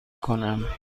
کنم